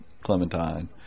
Clementine